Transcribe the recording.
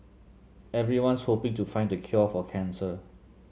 everyone's hoping to find the cure for cancer